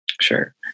Sure